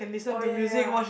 oh ya ya ya